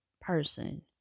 person